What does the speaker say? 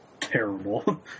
terrible